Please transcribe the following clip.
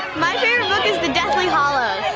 my favorite book is the deathly hallows.